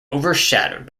overshadowed